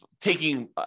taking